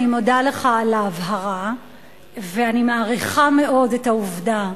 אני מודה לך מאוד על ההבהרה ואני מעריכה מאוד את העובדה,